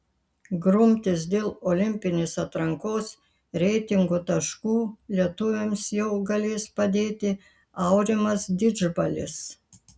grumtis dėl olimpinės atrankos reitingo taškų lietuviams jau galės padėti aurimas didžbalis